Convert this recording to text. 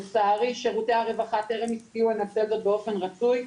לצערי שירותי הרווחה טרם הפעילו נושא זה באופן רצוי.